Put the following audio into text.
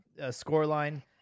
scoreline